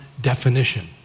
definition